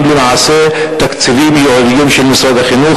למעשה תקציבים ייעודיים של משרד החינוך.